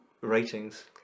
ratings